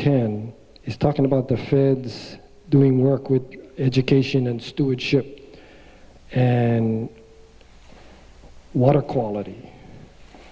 ten is talking about the for the doing work with education and stewardship and water quality